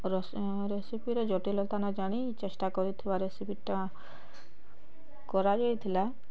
ରେସିପିରେ ଜଟିଲତା ନ ଜାଣି ଚେଷ୍ଟା କରିଥିବା ରେସିପିଟା କରାଯାଇଥିଲା